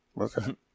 Okay